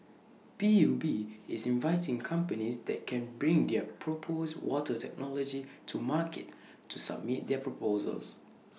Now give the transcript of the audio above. P U B is inviting companies that can bring their proposed water technology to market to submit their proposals